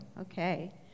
Okay